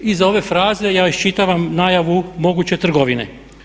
Iza ove fraze ja iščitavam najavu moguće trgovine.